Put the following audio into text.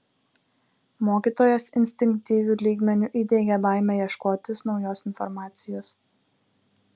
mokytojas instinktyviu lygmeniu įdiegė baimę ieškotis naujos informacijos